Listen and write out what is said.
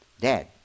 Dad